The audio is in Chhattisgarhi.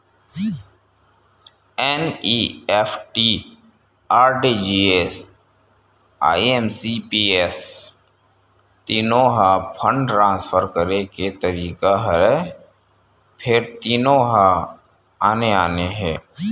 एन.इ.एफ.टी, आर.टी.जी.एस, आई.एम.पी.एस तीनो ह फंड ट्रांसफर करे के तरीका हरय फेर तीनो ह आने आने हे